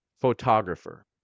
photographer